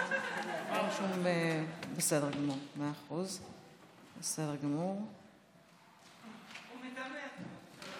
שר הספורט פה, אז אני ארוץ.